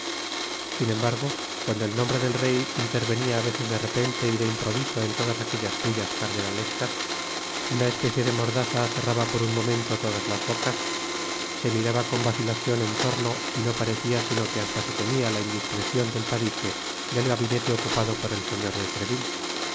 sin embargo cuando el nombre del rey intervenía á veces de repente y de improviso en todas aquellas pullas cardenalescas una especie de mordaza cerraba por un momento todas las bocas se miraba con vacilacion en torno y no parecía sino que hasta se temía la indiscrecion del tabique del gabinete ocupado por el señor de